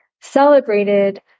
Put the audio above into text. celebrated